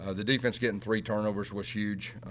ah the defense getting three turnovers was huge.